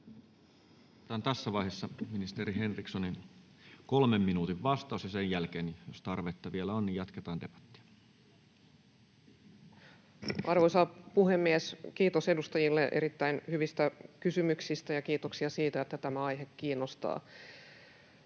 Otetaan tässä vaiheessa ministeri Henrikssonin 3 minuutin vastaus, ja sen jälkeen, jos tarvetta vielä on, jatketaan debattia. Arvoisa puhemies! Kiitos edustajille erittäin hyvistä kysymyksistä ja kiitoksia siitä, että tämä aihe kiinnostaa.